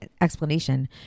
explanation